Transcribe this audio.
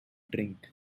drink